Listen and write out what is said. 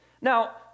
Now